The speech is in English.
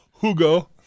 Hugo